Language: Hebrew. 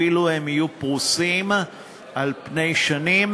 אפילו יהיו פרוסים על פני שנים,